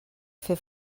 fer